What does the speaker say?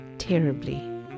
terribly